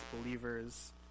believers